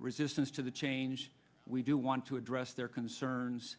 resistance to the change we do want to address their concerns